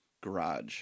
Garage